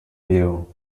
view